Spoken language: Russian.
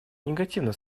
негативно